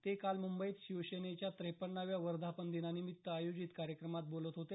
ते काल मुंबईत शिवसेनेच्या त्रेपन्नाव्या वर्धापनदिनानिमित्त आयोजित कार्यक्रमात बोलत होते